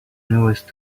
newest